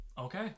Okay